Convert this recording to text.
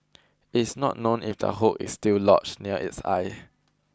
is not known if the hook is still lodged near its eye